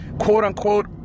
quote-unquote